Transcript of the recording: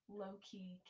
low-key